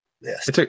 Yes